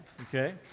Okay